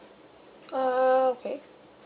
err okay